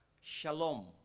Shalom